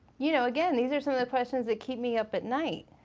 you know again, these are some of the questions that keep me up at night.